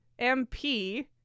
MP